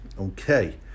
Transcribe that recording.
okay